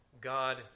God